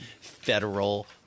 federal